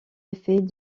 effets